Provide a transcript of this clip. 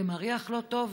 זה מריח לא טוב,